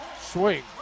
swing